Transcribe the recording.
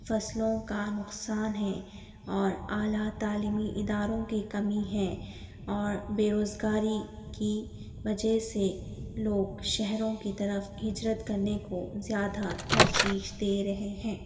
فصلوں کا نقصان ہے اور اعلیٰ تعلیمی اداروں کی کمی ہے اور بےروزگاری کی وجہ سے لوگ شہروں کی طرف ہجرت کرنے کو زیادہ ترجیح دے رہے ہیں